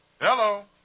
Hello